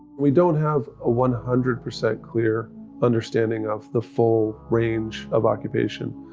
we don't have a one hundred percent clear understanding of the full range of occupation.